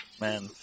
man